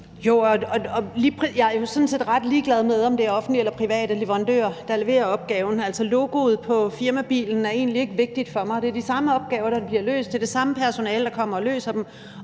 set ret ligeglad med, om det er offentlige eller private leverandører, der leverer opgaven. Altså, logoet på firmabilen er egentlig ikke vigtigt for mig. Det er de samme opgaver, der bliver løst, og det er det samme personale, der kommer og løser dem,